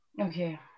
okay